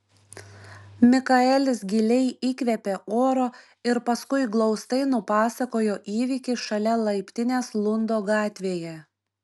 mikaelis giliai įkvėpė oro ir paskui glaustai nupasakojo įvykį šalia laiptinės lundo gatvėje